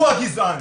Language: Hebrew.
הוא הגזען.